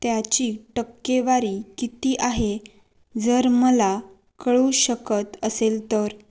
त्याची टक्केवारी किती आहे जर मला कळू शकत असेल तर